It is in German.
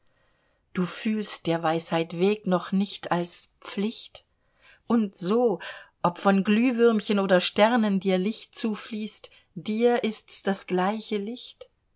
du fühlst der weisheit weg noch nicht als pflicht und so ob von glühwürmchen oder sternen dir licht zufließt dir ist's das gleiche licht